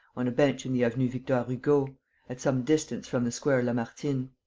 on a bench in the avenue victor-hugo, at some distance from the square lamartine.